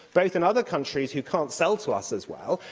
both in other countries who can't sell to us as well,